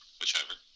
whichever